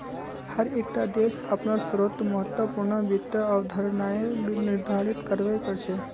हर एक टा देश अपनार स्तरोंत महत्वपूर्ण वित्त अवधारणाएं निर्धारित कर बे करछे